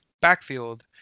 backfield